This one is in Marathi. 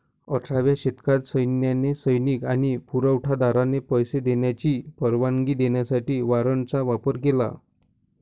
अठराव्या शतकात सैन्याने सैनिक आणि पुरवठा दारांना पैसे देण्याची परवानगी देण्यासाठी वॉरंटचा वापर केला